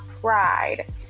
pride